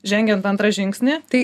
žengiant antrą žingsnį tai